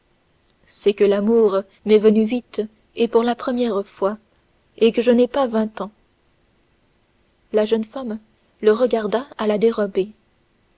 c'est que l'amour m'est venu vite et pour la première fois et que je n'ai pas vingt ans la jeune femme le regarda à la dérobée